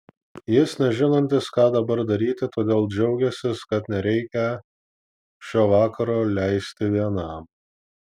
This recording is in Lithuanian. jis nežinantis ką dabar daryti todėl džiaugiąsis kad nereikią šio vakaro leisti vienam